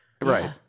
Right